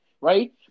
right